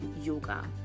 yoga